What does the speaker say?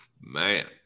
man